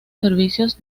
servicios